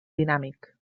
dinàmic